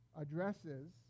addresses